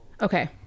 Okay